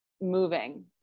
moving